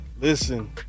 Listen